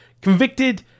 convicted